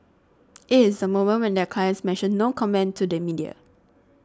it is the moment when their clients mention no comment to the media